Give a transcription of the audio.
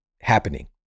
happening